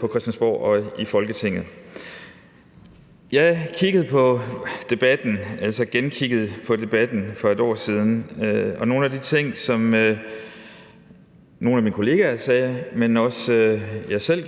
på Christiansborg, i Folketinget. Jeg kiggede igen på den debat, der var for et år siden, og nogle af de ting, som nogle af min kollegaer sagde, men som jeg også selv